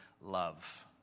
love